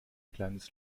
kleines